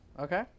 Okay